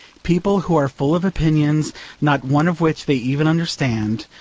people who are full of opinions not one of which they even understand,